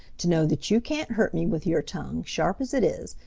to know that you can't hurt me with your tongue, sharp as it is,